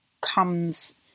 comes